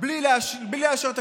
בלי לאשר תקציב?